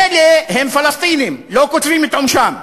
בכלא הם פלסטינים, לא קוצבים את עונשם,